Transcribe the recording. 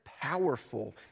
powerful